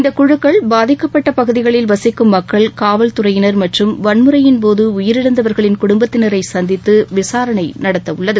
இந்த குழுக்கள் பாதிக்கப்பட்டப் பகுதிகளில் வசிக்கும் மக்கள் காவல் துறையினர் மற்றும் வன்முறையின்போது உயிரிழந்தவர்களின் குடும்பத்தினரை சந்தித்து விசாரணை நடத்தவுள்ளது